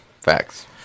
Facts